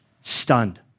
stunned